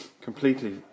completely